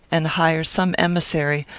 and hire some emissary,